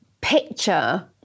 picture